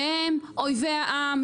שהם אויבי העם,